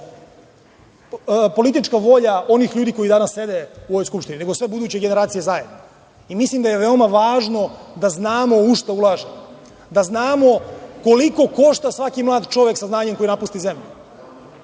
politička volja onih ljudi koji danas sede u ovoj Skupštini, nego sve buduće generacije zajedno. Mislim da je veoma važno da znamo u šta ulažemo, da znamo koliko košta svaki mlad čovek sa znanjem koji napusti zemlju,